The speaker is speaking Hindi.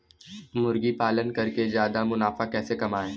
मुर्गी पालन करके ज्यादा मुनाफा कैसे कमाएँ?